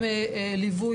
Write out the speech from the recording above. עם ליווי.